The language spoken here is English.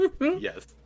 Yes